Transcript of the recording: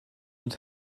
und